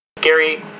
gary